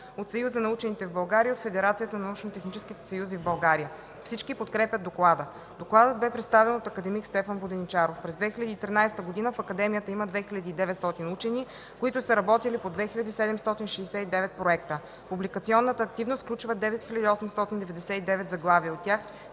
от Съюза на учените в България и от Федерацията на научно-техническите съюзи в България. Всички подкрепят доклада. Докладът бе представен от акад. Стефан Воденичаров. През 2013 г. в Академията има 2900 учени, които са работили по 2769 проекта. Публикационната активност включва 9899 заглавия. От тях